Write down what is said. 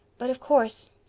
but of course.